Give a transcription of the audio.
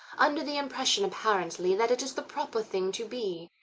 under the impression apparently that it is the proper thing to be.